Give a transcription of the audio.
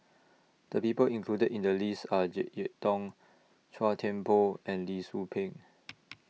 The People included in The list Are Jek Yeun Thong Chua Thian Poh and Lee Tzu Pheng